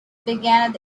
began